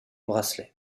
bracelets